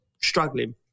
struggling